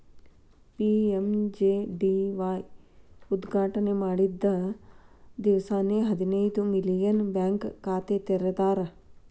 PMJDY ಉದ್ಘಾಟನೆ ಮಾಡಿದ್ದ ದಿವ್ಸಾನೆ ಹದಿನೈದು ಮಿಲಿಯನ್ ಬ್ಯಾಂಕ್ ಖಾತೆ ತೆರದಾರ್